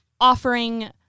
offering